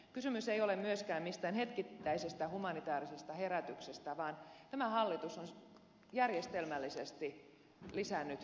kysymys ei ole myöskään mistään hetkittäisestä humanitäärisestä herätyksestä vaan tämä hallitus on järjestelmällisesti lisännyt kehitysmäärärahoja